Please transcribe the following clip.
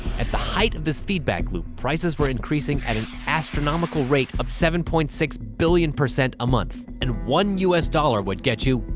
at the height of this feedback loop, prices were increasing at an astronomical rate of seven point six billion percent a month, and one us dollar would get you,